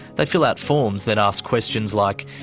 they fill out forms that ask questions like,